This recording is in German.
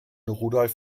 rudolf